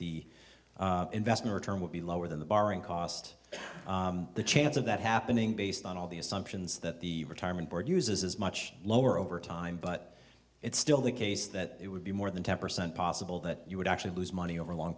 the investment return will be lower than the borrowing cost the chance of that happening based on all the assumptions that the retirement board uses is much lower over time but it's still the case that it would be more than ten percent possible that you would actually lose money over a long